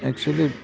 actually